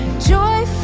joy.